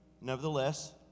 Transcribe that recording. Nevertheless